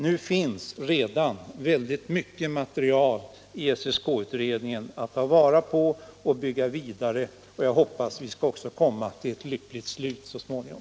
Nu finns det redan mycket material i SSK-utredningen att bygga vidare på, och jag hoppas att vi också skall kunna föra arbetet till ett lyckligt slut så småningom.